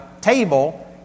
table